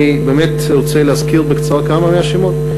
אני באמת רוצה להזכיר בקצרה כמה מהשמות: